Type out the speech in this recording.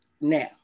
now